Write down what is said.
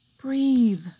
Breathe